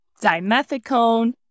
dimethicone